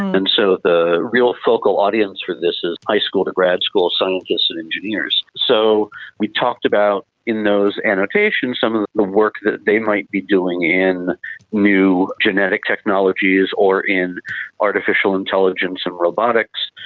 and so the real focal audience for this is high school to grad school scientists and engineers. so we talked about in those annotations some of the work that they might be doing in new genetic technologies or in artificial intelligence and robotics.